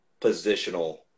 positional